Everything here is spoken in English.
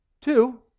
Two